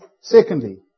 Secondly